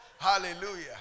Hallelujah